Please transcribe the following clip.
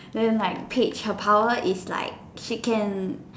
then like Paige her power is like she can